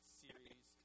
series